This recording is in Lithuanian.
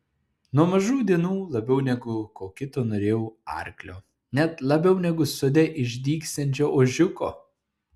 nuo mažų dienų labiau negu ko kito norėjau arklio net labiau negu sode išdygsiančio ožiuko